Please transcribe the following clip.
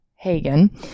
Hagen